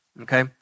Okay